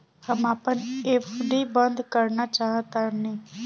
हम आपन एफ.डी बंद करना चाहत बानी